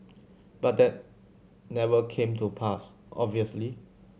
but that never came to pass obviously